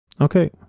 okay